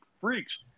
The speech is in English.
freaks